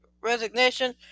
resignation